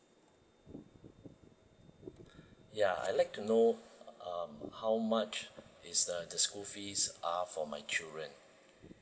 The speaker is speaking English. ya I'd like to know uh how much is the the school fees are for my children